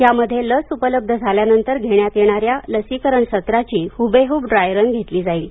यामध्ये लस उपलब्ध झाल्यानंतर घेण्यात येणाऱ्या लसीकरण सत्राची हबेहब ड्राय रन घेतली जाईल